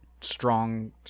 strong